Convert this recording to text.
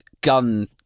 gun